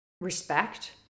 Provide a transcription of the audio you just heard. respect